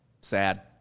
Sad